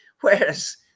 whereas